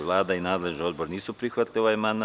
Vlada i nadležni odbor nisu prihvatili ovaj amandman.